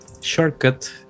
shortcut